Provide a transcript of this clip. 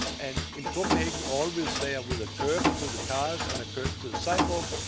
and in copenhagen always they are with a curb to the cars and a curb to the sidewalk,